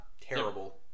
terrible